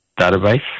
database